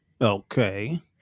Okay